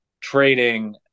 trading